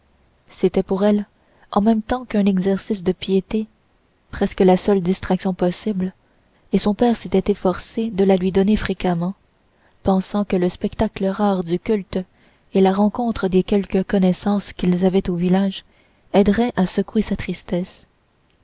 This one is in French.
c'était pour elle en même temps qu'un exercice de piété presque la seule distraction possible et son père s'était efforcé de la lui donner fréquemment pensant que le spectacle rare du culte et la rencontre des quelques connaissances quils avaient au village aideraient à secouer la tristesse